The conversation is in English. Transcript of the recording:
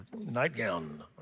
nightgown